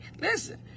listen